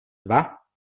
dva